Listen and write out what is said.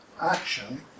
action